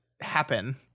happen